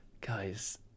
guys